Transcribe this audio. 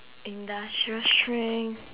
industrial strength